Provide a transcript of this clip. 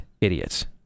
idiots